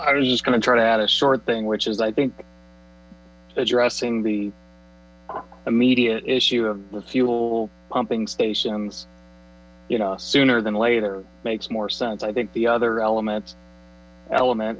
i was just going to try to add a short thing which is i think addressing the immediate issue of fuel pumping stations you know sooner than later makes more sense i think the other element element